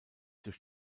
durch